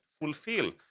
fulfill